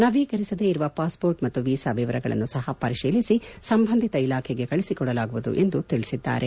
ನವೀಕರಿಸದೇ ಇರುವ ಪಾಸ್ಮೋರ್ಟ್ ಮತ್ತು ವೀಸಾ ವಿವರಗಳನ್ನು ಸಹ ಪರಿಶೀಲಿಸಿ ಸಂಬಂಧಿತ ಇಲಾಖೆಗೆ ಕಳಿಸಿ ಕೊಡಲಾಗುವುದು ಎಂದು ತಿಳಿಸಿದ್ದಾರೆ